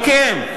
מכם.